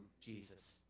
Jesus